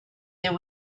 there